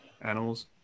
animals